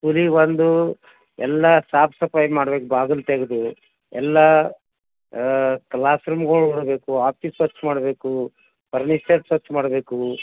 ಸ್ಕೂಲಿಗೆ ಬಂದು ಎಲ್ಲ ಸಾಫ್ ಸಫಾಯಿ ಮಾಡ್ಬೇಕು ಬಾಗಲು ತೆಗೆದು ಎಲ್ಲ ಕ್ಲಾಸ್ ರೂಮ್ಗಳು ಮಾಡಬೇಕು ಆಫೀಸ್ ಸ್ವಚ್ಛ ಮಾಡಬೇಕು ಫರ್ನಿಚರ್ ಸ್ವಚ್ಛ ಮಾಡಬೇಕು